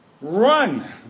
Run